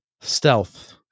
stealth